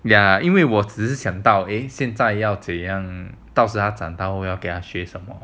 ya 因为我只是想到现在要这么样到时他长大给他学什么